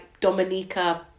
Dominica